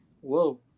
whoa